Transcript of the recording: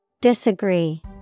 disagree